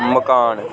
मकान